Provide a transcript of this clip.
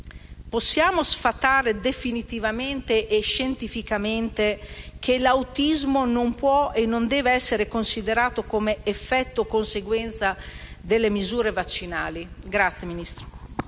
possiamo sfatare definitivamente e scientificamente che l'autismo non può e non deve essere considerato come effetto-conseguenza delle misure vaccinali? PRESIDENTE.